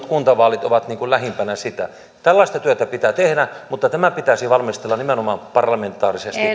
kuntavaalit ovat lähimpänä sitä tällaista työtä pitää tehdä mutta tämä pitäisi valmistella nimenomaan parlamentaarisesti